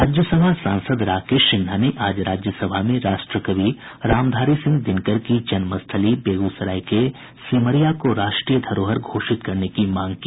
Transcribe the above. राज्यसभा सांसद राकेश सिन्हा ने आज राज्यसभा में राष्ट्र कवि रामधारी सिंह दिनकर की जन्मस्थली बेगूसराय के सिमरिया को राष्ट्रीय धरोहर घोषित करने की मांग की